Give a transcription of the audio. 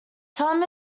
tom